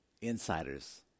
insiders